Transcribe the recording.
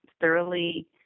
thoroughly